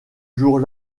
jour